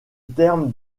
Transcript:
terme